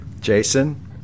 Jason